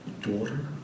Daughter